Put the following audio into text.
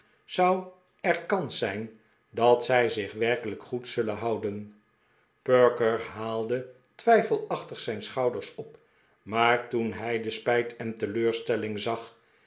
zou er kans zijn dat zij zich werkelijk goed zullen houden perker haalde twijfelachtig zijn schouders op maar toen hij de spijt en teleurstelling zag